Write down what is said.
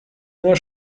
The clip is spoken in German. nur